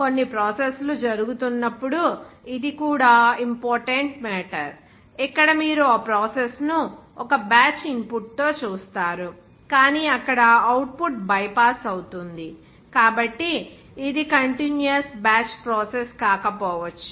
కొన్ని ప్రాసెస్ లు జరుగుతున్నపుడు ఇది కూడా ఇంపార్టెంట్ మేటర్ ఇక్కడ మీరు ఆ ప్రాసెస్ ను ఒక బ్యాచ్ ఇన్పుట్తో చూస్తారు కాని అక్కడ అవుట్పుట్ బైపాస్ అవుతుంది కాబట్టి ఇది కంటిన్యూయస్ బ్యాచ్ ప్రాసెస్ కాకపోవచ్చు